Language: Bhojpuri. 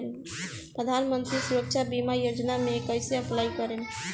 प्रधानमंत्री सुरक्षा बीमा योजना मे कैसे अप्लाई करेम?